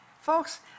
Folks